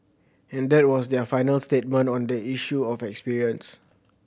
and that was their final statement on the issue of experience